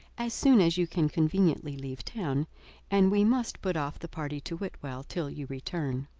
as soon as you can conveniently leave town and we must put off the party to whitwell till you return.